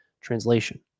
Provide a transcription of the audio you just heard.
Translation